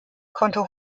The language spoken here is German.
konnte